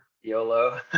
YOLO